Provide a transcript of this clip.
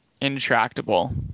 intractable